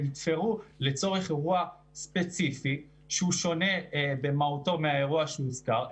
ונתפרו לצורך אירוע ספציפי שהוא שונה במהותו מהאירוע שהוזכר,